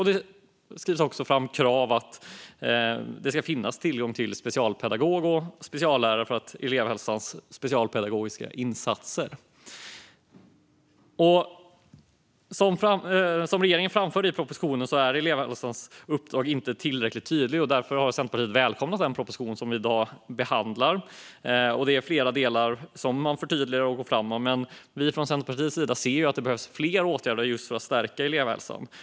Det skrivs också fram krav på tillgång till specialpedagog och speciallärare för elevhälsans specialpedagogiska insatser. Som regeringen framför i propositionen är elevhälsans uppdrag inte tillräckligt tydligt. Därför har Centerpartiet välkomnat den proposition som vi i dag behandlar. Det finns flera delar som man förtydligar och går fram med, men vi från Centerpartiets sida ser att det behövs fler åtgärder för att stärka elevhälsan.